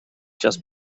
just